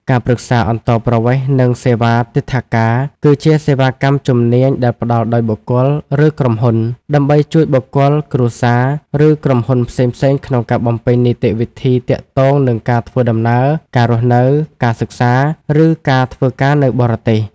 ការប្រឹក្សាអន្តោប្រវេសន៍ និង សេវាទិដ្ឋាការ គឺជាសេវាកម្មជំនាញដែលផ្តល់ដោយបុគ្គល ឬក្រុមហ៊ុន ដើម្បីជួយបុគ្គល គ្រួសារ ឬក្រុមហ៊ុនផ្សេងៗក្នុងការបំពេញនីតិវិធីទាក់ទងនឹងការធ្វើដំណើរ ការរស់នៅ ការសិក្សា ឬការធ្វើការនៅបរទេស។